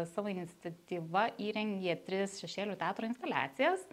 savo iniciatyva įrengė tris šešėlių teatro instaliacijas